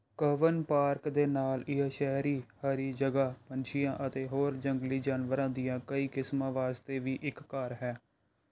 ਕਬਨ park ਦੇ ਨਾਲ ਇਹ ਸ਼ਹਿਰੀ ਹਰੀ ਜਗ੍ਹਾ ਪੰਛੀਆਂ ਅਤੇ ਹੋਰ ਜੰਗਲੀ ਜਾਨਵਰਾਂ ਦੀਆਂ ਕਈ ਕਿਸਮਾਂ ਵਾਸਤੇ ਵੀ ਇੱਕ ਘਰ ਹੈ